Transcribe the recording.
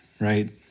right